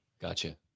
Gotcha